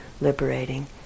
liberating